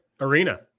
arena